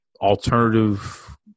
alternative